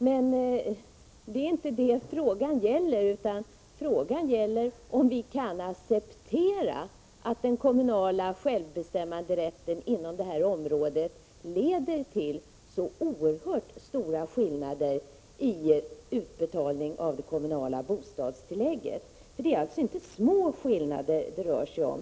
Men det är inte det frågan gäller, utan frågan är om vi kan acceptera att den kommunala självbestämmanderätten inom det här området leder till så oerhört stora skillnader i utbetalning av det kommunala bostadstillägget. Det är alltså inte små skillnader det rör sig om.